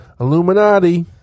Illuminati